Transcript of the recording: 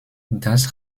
das